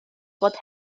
bod